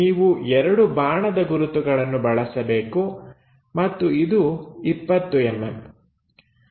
ನೀವು ಎರಡು ಬಾಣದ ಗುರುತುಗಳನ್ನು ಬಳಸಬೇಕು ಮತ್ತು ಇದು 20mm